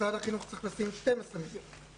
משרד החינוך צריך להקציב 12 מיליון שקל.